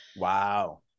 Wow